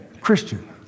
Christian